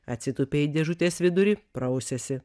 atsitūpė į dėžutės vidurį prausiasi